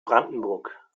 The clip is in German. brandenburg